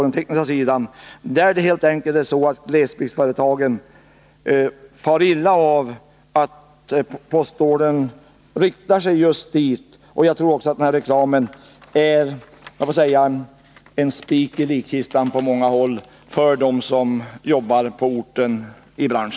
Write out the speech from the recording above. den tekniska sidan — där glesbygdsföretagen far illa av att postorderfirmorna riktar sig just till glesbygdsbefolkningen. Jag tror också att denna reklam på många håll är en spik i likkistan för dem som på orten jobbar i berörd bransch.